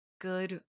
good